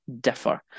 differ